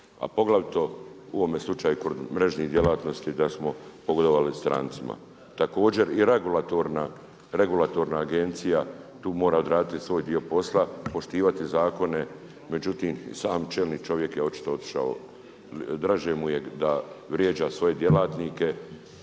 a poglavito u ovom slučaju kod mrežnih djelatnosti da smo pogodovali strancima. Također i regulatorna agencija tu mora odraditi svoj dio posla, poštivati zakone međutim i sam čelni čovjek je očito otišao, draže mu je da vrijeđa svoje djelatnike,